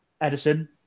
Edison